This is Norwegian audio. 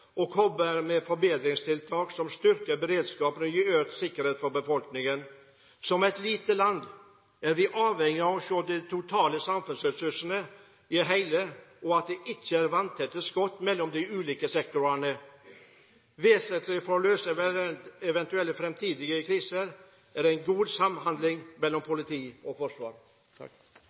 og kommer med forbedringstiltak som styrker beredskapen og gir økt sikkerhet for befolkningen. Som et lite land er vi avhengig av å se de totale samfunnsressursene i et hele, og at det ikke er vanntette skott mellom de ulike sektorene. Vesentlig for å løse eventuelle fremtidige kriser er en god samhandling mellom politi og forsvar.